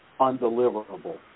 undeliverable